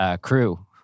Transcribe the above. crew